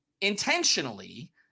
intentionally